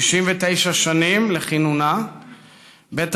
69 שנים לכינונה של כנסת ישראל,